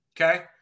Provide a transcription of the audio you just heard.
okay